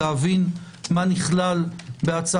להבין מה נכלל בה,